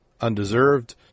undeserved